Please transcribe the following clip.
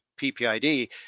PPID